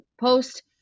post